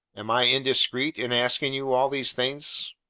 am i indiscreet in asking you all these things?